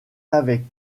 avait